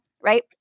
Right